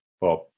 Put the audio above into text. Bob